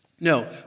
No